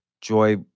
Joy